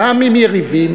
גם עם יריבים,